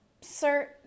Sir